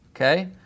okay